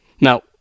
Now